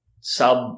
Sub